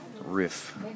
riff